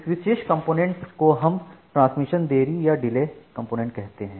इस विशेष कंपोनेंट को हम ट्रांसमिशन देरी या डिले कंपोनेंट कहते हैं